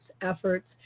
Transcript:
efforts